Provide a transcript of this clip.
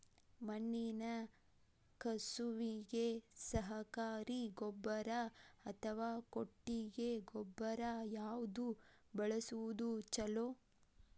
ಮಣ್ಣಿನ ಕಸುವಿಗೆ ಸರಕಾರಿ ಗೊಬ್ಬರ ಅಥವಾ ಕೊಟ್ಟಿಗೆ ಗೊಬ್ಬರ ಯಾವ್ದು ಬಳಸುವುದು ಛಲೋ?